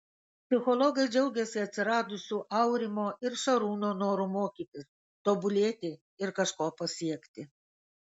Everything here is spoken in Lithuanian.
psichologai džiaugiasi atsiradusiu aurimo ir šarūno noru mokytis tobulėti ir kažko pasiekti